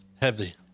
Heavy